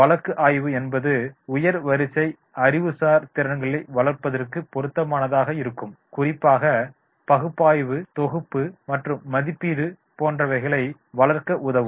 வழக்கு ஆய்வு என்பது உயர் வரிசை அறிவுசார் திறன்களை வளர்ப்பதற்கு பொருத்தமானதாக இருக்கும் குறிப்பாக பகுப்பாய்வு தொகுப்பு மற்றும் மதிப்பீடு போன்றவைகளை வளர்க்க உதவும்